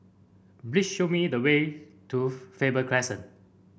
please show me the way to Faber Crescent